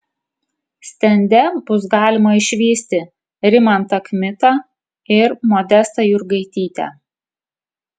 stende bus galima išvysti rimantą kmitą ir modestą jurgaitytę